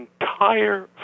entire